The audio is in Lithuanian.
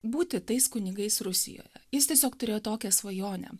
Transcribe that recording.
būti tais kunigais rusijoje jis tiesiog turėjo tokią svajonę